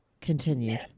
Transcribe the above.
continued